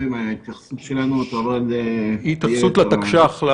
ההתייחסות שלנו --- התייחסות לתקש"ח,